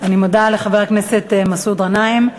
אני מודה לחבר הכנסת מסעוד גנאים.